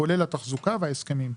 כולל התחזוקה וההסכמים.